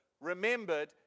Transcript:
remembered